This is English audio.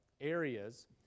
areas